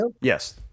Yes